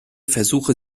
versuche